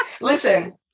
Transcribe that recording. Listen